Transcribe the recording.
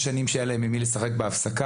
יש שנים שאין להם עם מי לשחק בהפסקה,